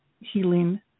healing